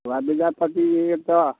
ओइके बाद विद्यापति जी एत्तऽ